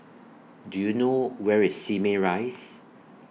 Do YOU know Where IS Simei Rise